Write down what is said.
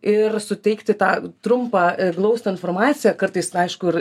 ir suteikti tą trumpą glaustą informaciją kartais aišku ir